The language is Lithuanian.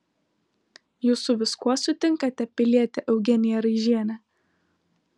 jūs su viskuo sutinkate piliete eugenija raižiene